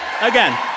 again